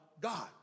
God